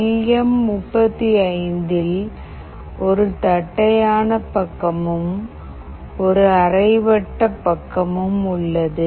L M 35 ல் ஒரு தட்டையான பக்கமும் ஒரு அரைவட்ட பக்கமும் உள்ளது